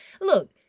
Look